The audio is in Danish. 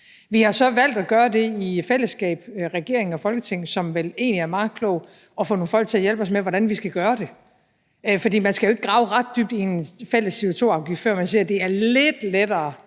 Vi har så valgt at gøre det i fællesskab, regeringen og Folketinget, hvilket vel egentlig er meget klogt, at vi får nogle folk til at hjælpe os med, hvordan vi skal gøre det. For man skal jo ikke grave ret dybt i en fælles CO2-afgift, før man ser, at det er lidt lettere